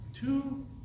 two